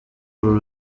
uru